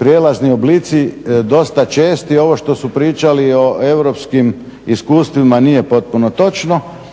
prijelazni oblici dosta česti ovo što su pričali o europskim iskustvima nije potpuno točno,